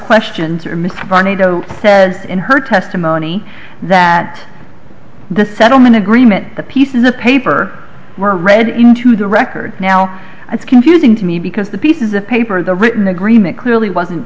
questions or mr parr nato says in her testimony that the settlement agreement the pieces of paper were read into the record now it's confusing to me because the pieces of paper the written agreement clearly wasn't